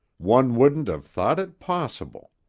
one wouldn't have thought it possible.